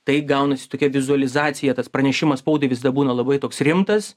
tai gaunasi tokia vizualizacija tas pranešimas spaudai visada būna labai toks rimtas